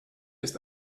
ist